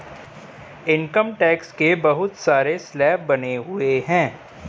income tax के बहुत सारे स्लैब बने हुए हैं